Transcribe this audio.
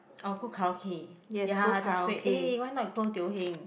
I'll go karaoke ya that's great eh why not we go Teo Heng